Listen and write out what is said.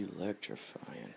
electrifying